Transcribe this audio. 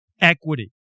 Equity